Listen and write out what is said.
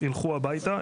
ילכו הבייתה,